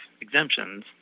exemptions